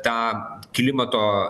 tą klimato